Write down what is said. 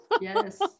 Yes